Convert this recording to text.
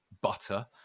butter